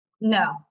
No